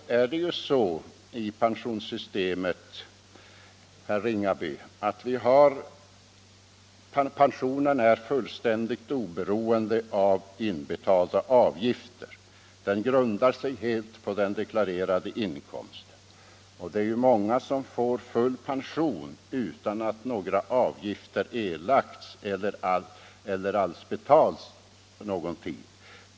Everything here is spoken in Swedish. F. ö. är det ju så i pensionssystemet, herr Ringaby, att pensionen är fullständigt oberoende av inbetalda avgifter. Den grundar sig helt på den deklarerade inkomsten. Det är många som får full pension utan att några avgifter erlagts eller att det alls betalats någonting.